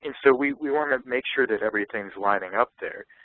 and so we want to make sure that everything is lining up there.